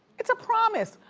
it's a promise.